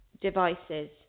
Devices